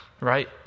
right